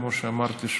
כמו שאמרתי,